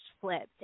flipped